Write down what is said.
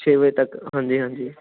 ਛੇ ਵਜੇ ਤੱਕ ਹਾਂਜੀ ਹਾਂਜੀ